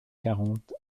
quarante